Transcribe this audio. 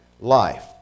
life